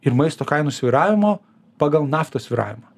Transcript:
ir maisto kainų svyravimo pagal naftos svyravimą